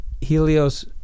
Helios